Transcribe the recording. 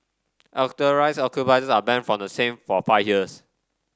authorised occupiers are banned from the same for five years